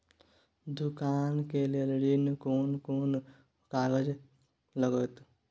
दुकान के लेल ऋण कोन कौन कागज लगतै?